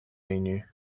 menu